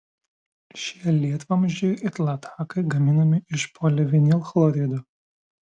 šie lietvamzdžiai ir latakai gaminami iš polivinilchlorido